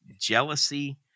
jealousy